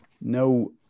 no